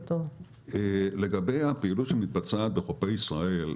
לגבי הפעילות שמתבצעת בחופי ישראל,